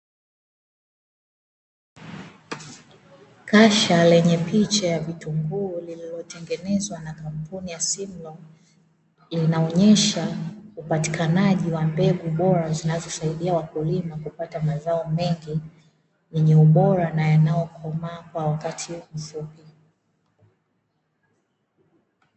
Kasha lenye picha ya vitunguu lililotengenezwa na kampuni ya Simla linaonyesha upatikanaji wa mbegu bora, zinazosaidia wakulima kupata mazao mengi yenye ubora na yanayokomaa kwa wakati huu.